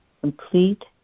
complete